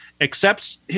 accepts